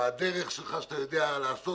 בדרך שלך שאתה יודע לעשות